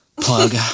plug